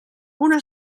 una